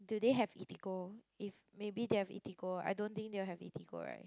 do they have Eatigo if maybe they have Eatigo I don't think they will have Eatigo right